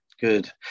good